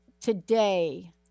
today